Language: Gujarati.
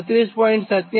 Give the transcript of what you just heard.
62 36